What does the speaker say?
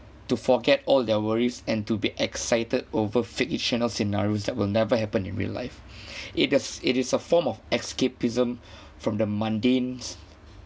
to forget all their worries and to be excited over fictional scenarios that will never happen in real life it is it is a form of escapism from the mundane's